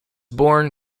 born